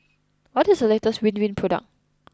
what is the latest Ridwind product